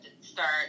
start